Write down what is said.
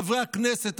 חברי הכנסת,